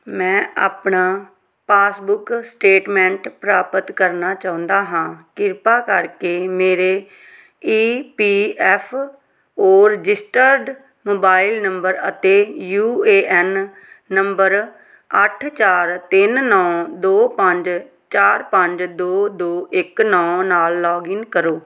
ਮੈਂ ਆਪਣਾ passbook statement ਪ੍ਰਾਪਤ ਕਰਨਾ ਚਾਹੁੰਦਾ ਹਾਂ ਕਿਰਪਾ ਕਰਕੇ ਮੇਰੇ E P F O registered mobile number ਅਤੇ ਯੂ ਏ ਐਨ ਨੰਬਰ ਅੱਠ ਚਾਰ ਤਿੰਨ ਨੌਂ ਦੋ ਪੰਜ ਚਾਰ ਪੰਜ ਦੋ ਦੋ ਇੱਕ ਨੌਂ ਨਾਲ ਲੌਗਇਨ ਕਰੋ